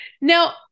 now